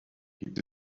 gibt